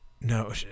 No